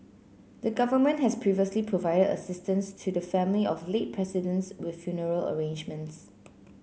the government has previously provided assistance to the family of late presidents with funeral arrangements